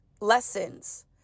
lessons